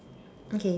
okay